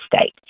state